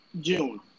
June